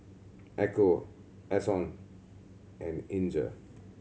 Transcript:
Echo Ason and Inger